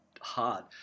hard